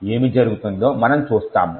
ఏమి జరుగుతుందో మనం చూస్తాము